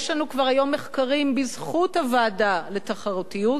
יש לנו כבר היום מחקרים בזכות הוועדה לתחרותיות,